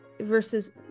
Versus